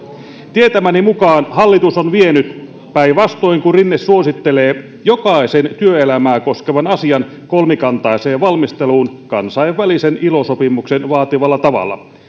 tietämäni mukaan hallitus on vienyt päinvastoin kuin rinne suosittelee jokaisen työelämää koskevan asian kolmikantaiseen valmisteluun kansainvälisen ilo sopimuksen vaatimalla tavalla